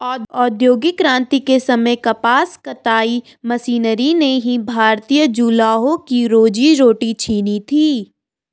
औद्योगिक क्रांति के समय कपास कताई मशीनरी ने ही भारतीय जुलाहों की रोजी रोटी छिनी थी